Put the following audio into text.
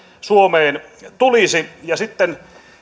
suomen tulisi sitten